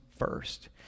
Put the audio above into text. First